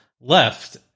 left